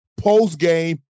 postgame